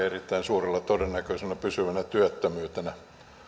erittäin suurella todennäköisyydellä pysyvänä työttömyytenä